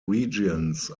regions